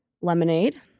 lemonade